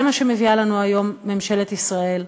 זה מה שמביאה לנו היום ממשלת ישראל,